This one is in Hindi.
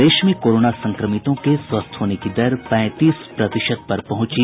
प्रदेश में कोरोना संक्रमितों के स्वस्थ होने की दर पैंतीस प्रतिशत पर पहुंची